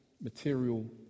material